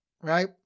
right